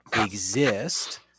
exist